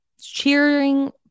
cheering